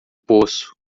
poço